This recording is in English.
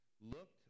looked